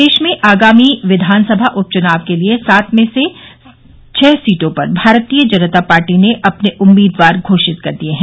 प्रदेश में आगामी विधानसभा उपचुनाव के लिए सात में से छह सीटों पर भारतीय जनता पार्टी ने अपने उम्मीदवार घोषित कर दिये हैं